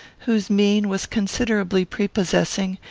whose mien was considerably prepossessing,